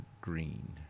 Green